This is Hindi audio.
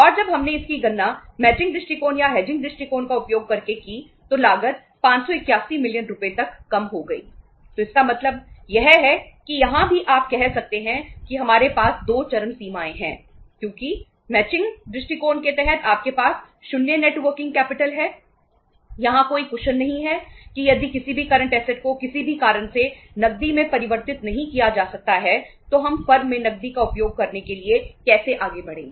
और जब हमने इसकी गणना मैचिंग को किसी भी कारण से नकदी में परिवर्तित नहीं किया जा सकता है तो हम फर्म में नकदी का उपयोग करने के लिए कैसे आगे बढ़ेंगे